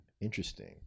Interesting